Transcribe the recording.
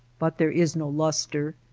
but there is no lustre.